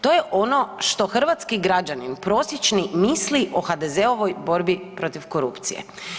To je ono što hrvatski građanin prosječni misli i o HDZ-ovoj borbi protiv korupcije.